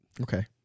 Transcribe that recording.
Okay